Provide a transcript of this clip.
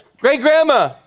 Great-grandma